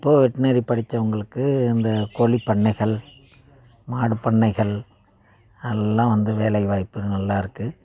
இப்போது வெட்னரி படித்தவங்களுக்கு அந்த கோழிப் பண்ணைகள் மாடு பண்ணைகள் அதுலெல்லாம் வந்து வேலைவாய்ப்பு நல்லாயிருக்கு